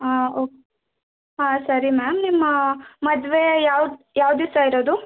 ಹಾಂ ಓಕೆ ಹಾಂ ಸರಿ ಮ್ಯಾಮ್ ನಿಮ್ಮ ಮದುವೆ ಯಾವ ಯಾವ ದಿವಸ ಇರೋದು